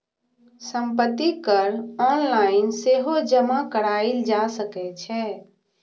संपत्ति कर ऑनलाइन सेहो जमा कराएल जा सकै छै